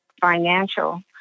financial